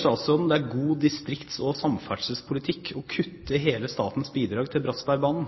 statsråden det er god distrikts- og samferdselspolitikk å kutte hele statens bidrag til Bratsbergbanen,